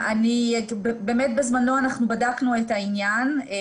באמת בזמנו אנחנו בדקנו את העניין,